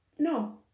No